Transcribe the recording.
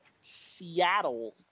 Seattle